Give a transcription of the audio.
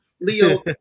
leo